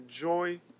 joy